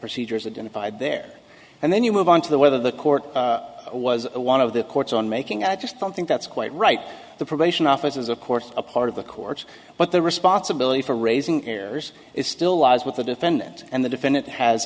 procedures identified there and then you move on to the whether the court was one of the court's own making i just don't think that's quite right the probation officer is of course a part of the courts but the responsibility for raising errors is still lies with the defendant and the defendant has